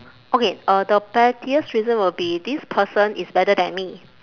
okay uh the pettiest reason will be this person is better than me